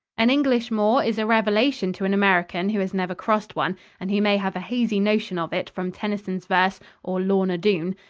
an english moor is a revelation to an american who has never crossed one and who may have a hazy notion of it from tennyson's verse or lorna doone.